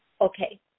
Okay